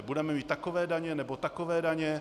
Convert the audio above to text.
Budeme mít takové daně nebo takové daně?